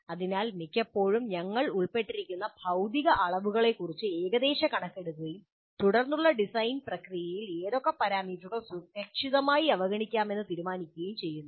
അതിനാൽ മിക്കപ്പോഴും ഞങ്ങൾ ഉൾപ്പെട്ടിരിക്കുന്ന ഭൌതിക അളവുകളെക്കുറിച്ച് ഏകദേശ കണക്കെടുക്കുകയും തുടർന്നുള്ള ഡിസൈൻ പ്രക്രിയയിൽ ഏതൊക്കെ പാരാമീറ്ററുകൾ സുരക്ഷിതമായി അവഗണിക്കാമെന്ന് തീരുമാനിക്കുകയും ചെയ്യുന്നു